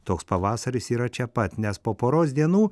toks pavasaris yra čia pat nes po poros dienų